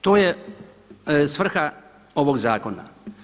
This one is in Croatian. To je svrha ovog zakona.